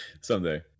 Someday